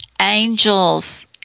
angels